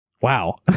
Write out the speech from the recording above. Wow